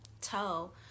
tell